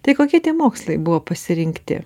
tai kokie tie mokslai buvo pasirinkti